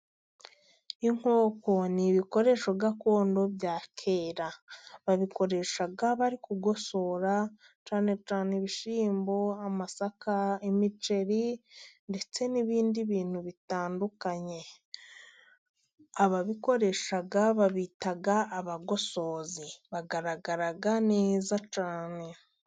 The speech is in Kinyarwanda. Inkoko ni ibikoresho gakondo bya kera, babikoresha bari kugosora cyane cyane ibishyimbo, amasaka, imiceri ndetse n'ibindi bintu bitandukanye. Ababikoresha babita abagosozi bagaragara neza cyane.